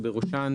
בראשן